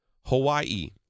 Hawaii